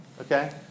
okay